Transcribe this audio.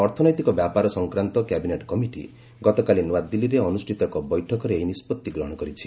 ଅର୍ଥନୈତିକ ବ୍ୟାପାର ସଂକ୍ରାନ୍ତ କ୍ୟାବିନେଟ୍ କମିଟି ଗତକାଲି ନୂଆଦିଲ୍ଲୀରେ ଅନୁଷ୍ଠିତ ଏକ ବୈଠକରେ ଏହି ନିଷ୍କଭି ଗ୍ରହଣ କରିଛି